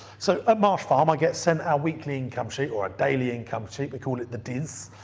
so at marsh farm i get sent our weekly income sheet, or a daily income sheet, we call it the dis.